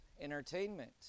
entertainment